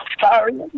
sorry